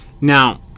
now